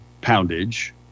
poundage